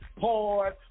Hard